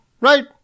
Right